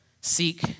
Seek